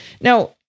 Now